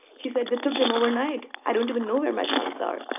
he said that took them overnight. i don't even know where my sons are.